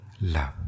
love